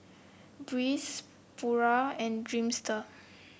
Breeze Pura and Dreamster